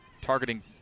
targeting